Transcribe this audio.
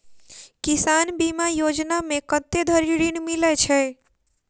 किसान बीमा योजना मे कत्ते धरि ऋण मिलय छै?